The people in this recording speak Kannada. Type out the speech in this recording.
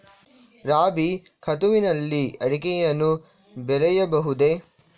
ರಾಬಿ ಋತುವಿನಲ್ಲಿ ಅಡಿಕೆಯನ್ನು ಬೆಳೆಯಬಹುದೇ?